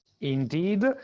Indeed